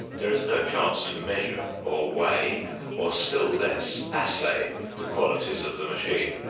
there is no chance to measure or weigh or still less assay the qualities of the machine.